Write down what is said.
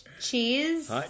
cheese